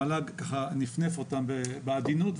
המל"ג נפנף אותם בעדינות,